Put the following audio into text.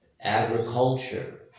agriculture